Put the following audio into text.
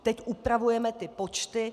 Teď upravujeme ty počty.